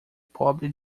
pobre